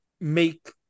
make